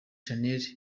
shanel